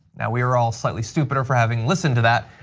now we're all slightly stupider for having listened to that.